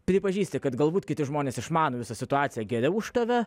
pripažįsti kad galbūt kiti žmonės išmano visą situaciją geriau už tave